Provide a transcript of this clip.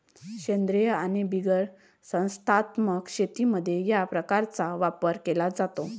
सेंद्रीय आणि बिगर संस्थात्मक शेतीमध्ये या उपकरणाचा वापर केला जातो